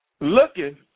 looking